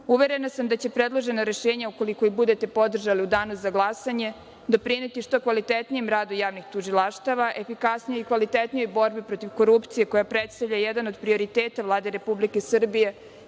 sam da će predložena rešenja, ukoliko ih budete podržali u danu za glasanje, doprineti što kvalitetnijem radu javnih tužilaštava, efikasnijoj i kvalitetnijoj borbi protiv korupcije, koja predstavlja jedan od prioriteta Vlade Republike Srbije